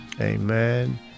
amen